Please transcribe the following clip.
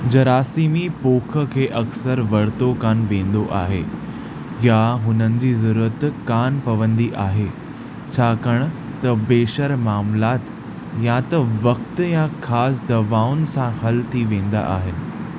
जरासीमी पोख खे अक्सरि वर्तो कोनि वेंदो आहे या हुननि जी ज़रुरत कोनि पवंदी आहे छाकाणि त बेशर मामलाति या त वक़्तु या ख़ासि दवाउनि सां हल थी वेंदा आहिनि